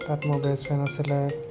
তাত মোৰ বেষ্টফ্ৰেণ্ড আছিলে